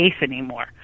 anymore